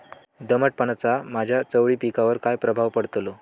दमटपणाचा माझ्या चवळी पिकावर काय प्रभाव पडतलो?